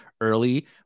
early